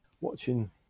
watching